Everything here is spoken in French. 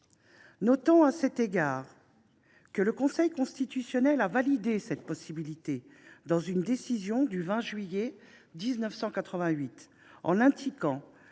Notons, à cet égard, que le Conseil constitutionnel a validé cette possibilité dans une décision du 20 juillet 1988, en indiquant